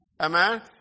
Amen